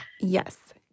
Yes